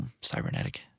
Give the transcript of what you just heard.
cybernetic